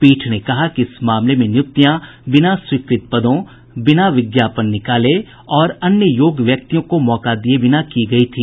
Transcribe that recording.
पीठ ने कहा कि इस मामले में नियुक्तियां बिना स्वीकृत पदों बिना विज्ञापन निकाले और अन्य योग्य व्यक्तियों को मौका दिये बिना की गयी थी